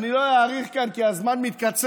אני לא אאריך כאן כי הזמן מתקצר,